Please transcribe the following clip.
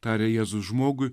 tarė jėzus žmogui